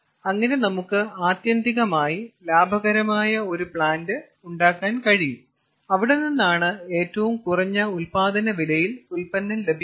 അങ്ങനെ നമുക്ക് ആത്യന്തികമായി ലാഭകരമായ ഒരു പ്ലാന്റ് ഉണ്ടാക്കാൻ കഴിയും അവിടെനിന്നാണ് ഏറ്റവും കുറഞ്ഞ ഉത്പാദന വിലയിൽ ഉത്പന്നം ലഭിക്കുന്നത്